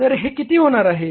तर हे किती होणार आहे